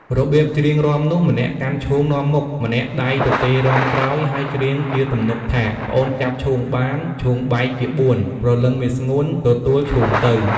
របៀបច្រៀងរាំនោះ ម្នាក់កាន់ឈូងនាំមុខ ម្នាក់ដៃទទេរាំក្រោយ ហើយច្រៀងជាទំនុកថា « ប្អូនចាប់ឈូងបាន ឈូងបែកជាបួន ព្រលឹងមាសស្ងួន ទទួលឈូងទៅ»។